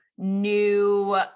new